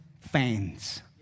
fans